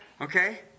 Okay